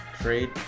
trade